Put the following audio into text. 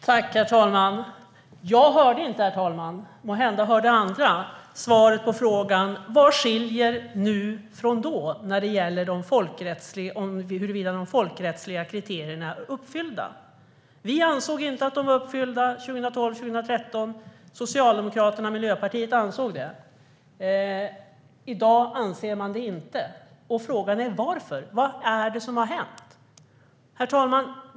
Herr talman! Jag hörde inte - måhända hörde andra - svaret på frågan: Vad skiljer nu från då när det gäller huruvida de folkrättsliga kriterierna är uppfyllda? Vi ansåg inte att de var uppfyllda 2012 och 2013, medan Socialdemokraterna och Miljöpartiet ansåg det. I dag anser man det inte. Frågan är: Varför? Vad är det som har hänt? Herr talman!